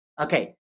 Okay